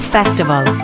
Festival